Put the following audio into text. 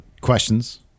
questions